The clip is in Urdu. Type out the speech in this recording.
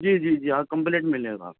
جی جی جی آپ کمپلیٹ ملے گا